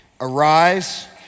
arise